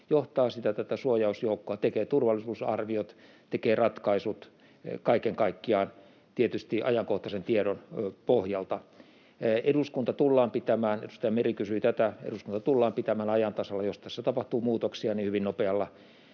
johtaa tätä suojausjoukkoa, tekee turvallisuusarviot, tekee ratkaisut, kaiken kaikkiaan tietysti ajankohtaisen tiedon pohjalta. Eduskunta tullaan pitämään — edustaja Meri kysyi tätä — ajan tasalla. Jos tässä tapahtuu muutoksia, niin hyvin nopealla,